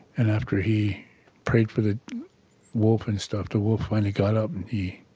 and after he prayed for the wolf and stuff, the wolf finally got up and he